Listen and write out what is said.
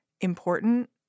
important